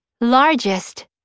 largest